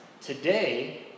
Today